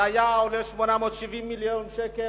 זה היה עולה 870 מיליון שקל.